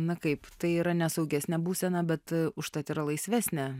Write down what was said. na kaip tai yra nesaugesnė būsena bet užtat yra laisvesnė